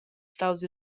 staus